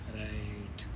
right